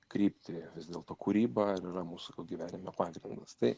kryptį vis dėlto kūryba ir yra mūsų gyvenime pagrindas tai